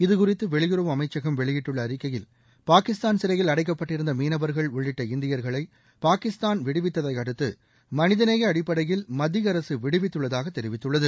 இது குறித்து வெளியுறவு அமைச்சகம் வெளியிட்டுள்ள அறிக்கையில் பாகிஸ்தான் சிறையில் அடைக்கப்பட்டிருந்த மீனவர்கள் உள்ளிட்ட இந்தியர்களை பாகிஸ்தான் விடுவித்ததையடுத்து மனிதநேய அடிப்படையில் மத்திய அரசு விடுவித்துள்ளதாக தெரிவித்துள்ளது